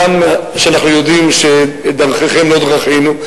הגם שאנחנו יודעים שדרכיכם לא דרכינו,